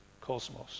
cosmos